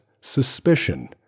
suspicion